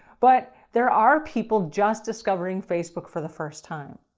but there are people just discovering facebook for the first time.